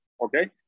Okay